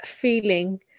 feeling